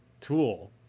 tool